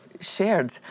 shared